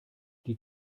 die